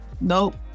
nope